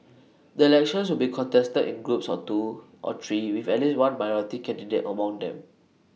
the elections would be contested in groups of two or three with at least one minority candidate among them